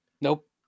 Nope